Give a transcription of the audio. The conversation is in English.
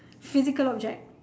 physical object